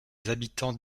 habitants